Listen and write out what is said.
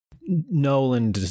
Nolan